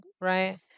right